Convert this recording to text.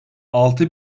altı